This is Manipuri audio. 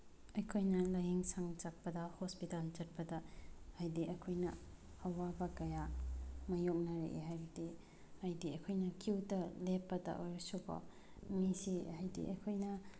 ꯑꯩꯈꯣꯏꯅ ꯂꯥꯌꯦꯡꯁꯪ ꯆꯠꯄꯗ ꯍꯣꯁꯄꯤꯇꯥꯜ ꯆꯠꯄꯗ ꯍꯥꯏꯗꯤ ꯑꯩꯈꯣꯏꯅ ꯑꯋꯥꯕ ꯀꯌꯥ ꯃꯥꯏꯌꯣꯛꯅꯔꯛꯏ ꯍꯥꯏꯕꯗꯤ ꯍꯥꯏꯗꯤ ꯑꯩꯈꯣꯏꯅ ꯀ꯭ꯌꯨꯗ ꯂꯦꯞꯄꯗ ꯑꯣꯏꯔꯁꯨꯀꯣ ꯃꯤꯁꯦ ꯍꯥꯏꯗꯤ ꯑꯩꯈꯣꯏꯅ